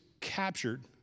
captured